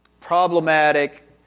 problematic